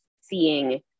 seeing